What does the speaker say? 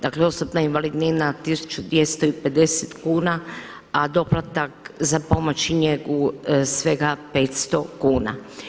Dakle, osobna invalidnina 1250 kuna, a doplatak za pomoć i njegu svega 500 kuna.